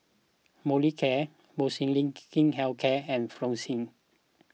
Molicare Molnylcke Health Care and Floxia